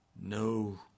No